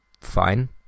fine